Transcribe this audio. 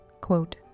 Quote